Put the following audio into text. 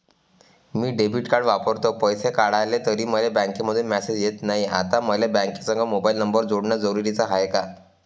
मी debit card वापरतो, पैसे काढले तरी मले बँकेमंधून मेसेज येत नाय, आता मले बँकेसंग मोबाईल नंबर जोडन जरुरीच हाय का?